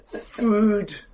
food